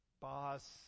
boss